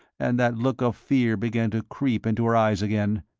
and that look of fear began to creep into her eyes again,